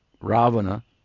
Ravana